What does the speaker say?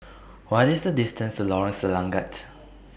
What IS The distance to Lorong Selangat